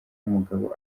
umugabo